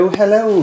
hello